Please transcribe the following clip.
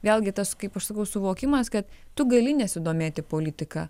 vėlgi tas kaip aš sakau suvokimas kad tu gali nesidomėti politika